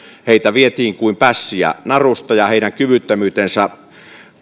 vietiin kuin pässiä narusta ja heidän kyvyttömyytensä